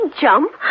jump